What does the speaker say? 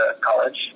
college